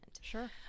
Sure